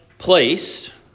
Placed